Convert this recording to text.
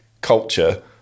culture